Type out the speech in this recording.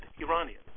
Iranian